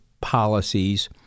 policies—